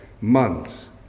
months